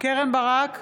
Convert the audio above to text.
קרן ברק,